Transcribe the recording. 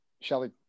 Shelly